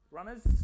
Runners